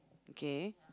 okay